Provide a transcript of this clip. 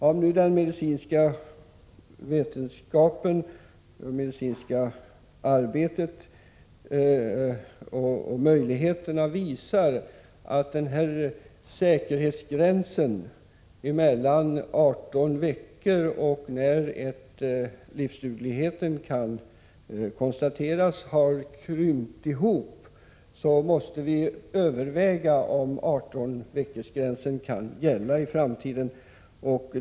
Om nu den medicinska vetenskapen visar att den här säkerhetsgränsen mellan 18 veckor och den tidpunkt då livsdugligheten kan konstateras ha krympt, måste vi överväga om 18-veckorsgränsen kan gälla i framtiden.